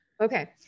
Okay